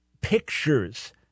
pictures